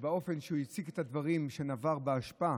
ובאופן שהוא הציג את הדברים, שנבר באשפה